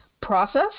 process